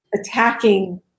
Attacking